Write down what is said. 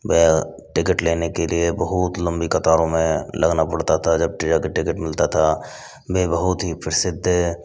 ticket लेने के लिए बहुत लम्बी कतारों में लगना पड़ता था जब टिरिया का टिकट मिलता था मैं बहुत हीं प्रसिद्ध